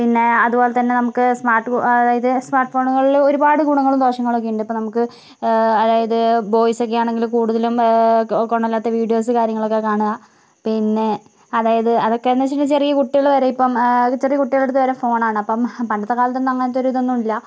പിന്നെ അതുപോലെത്തന്നെ നമുക്ക് സ്മാർട്ട് അതായത് സ്മാർട്ട് ഫോണുകളിൽ ഒരുപാട് ഗുണങ്ങളും ദോഷങ്ങളും ഒക്കെ ഉണ്ട് ഇപ്പോൾ നമുക്ക് അതായത് ബോയ്സ് ഒക്കെ ആണെങ്കിൽ കൂടുതലും ഗുണമില്ലാത്ത വീഡിയോസ് കാര്യങ്ങൾ ഒക്കെ കാണുക പിന്നെ അതായത് അതൊക്കെ എന്ന് വച്ചിട്ടുണ്ടെങ്കിൽ ചെറിയ കുട്ടികള് വരെ ഇപ്പോൾ ചെറിയ കുട്ടികളുടെ അടുത്തുവരെ ഫോണാണ് അപ്പോൾ പണ്ടത്തെ കാലത്തൊന്നും അങ്ങനത്തെ ഒരു ഇതൊന്നും ഇല്ല